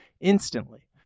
instantly